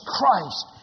Christ